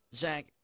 Zach